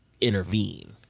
intervene